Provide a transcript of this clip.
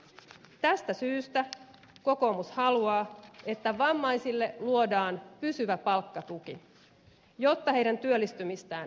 tästä syystä kokoomus haluaa että vammaisille luodaan pysyvä palkkatuki jotta heidän työllistymistään helpotetaan